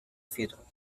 fiddle